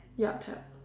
ya tap